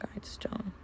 Guidestone